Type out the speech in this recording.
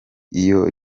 iyo